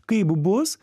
kaip bus